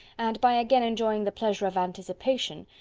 and by again enjoying the pleasure of anticipation,